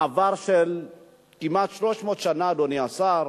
מעבר של כמעט 300 שנה, אדוני השר,